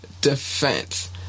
defense